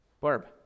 Barb